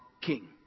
king